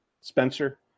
Spencer